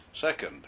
Second